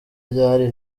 ryari